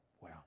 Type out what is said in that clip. wow